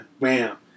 Bam